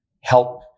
help